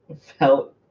felt